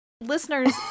listeners